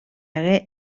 hagué